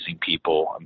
people